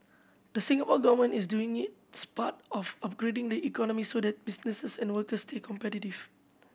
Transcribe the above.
the Singapore Government is doing its part by upgrading the economy so that businesses and workers stay competitive